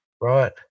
Right